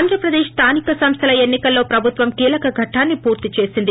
ఆంధ్రప్రదేశ్ స్థానిక సంస్థల ఎన్ని కల్లో ప్రబుత్వం కీలక ఘట్లాన్ని పూర్తీ చేసింది